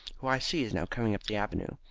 who i see is now coming up the avenue.